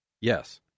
Yes